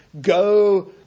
go